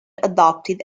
adopted